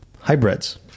Hybrids